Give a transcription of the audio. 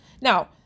Now